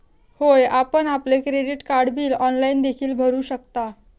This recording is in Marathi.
होय, आपण आपले क्रेडिट कार्ड बिल ऑनलाइन देखील भरू शकता